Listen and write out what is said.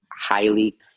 highly